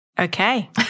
Okay